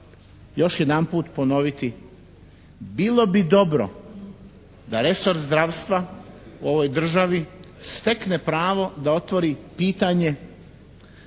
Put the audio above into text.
još jedanput ponoviti. Bilo bi dobro da resor zdravstva u ovoj državi stekne pravo da otvori pitanje